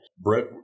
Brett